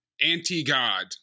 anti-god